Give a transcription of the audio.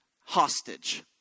hostage